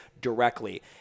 directly